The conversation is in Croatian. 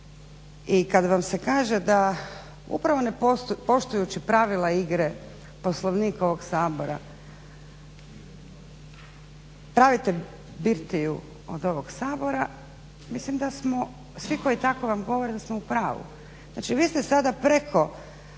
I kad vam se kaže da upravo ne poštujući pravila igre i Poslovnik ovog Sabora pravite birtiju od ovog Sabora, mislim da smo svi koji tako vam govore da smo u pravu. Znači, vi ste sada preko